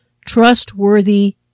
trustworthy